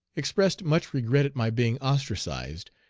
expressed much regret at my being ostracized,